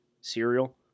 cereal